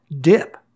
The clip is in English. dip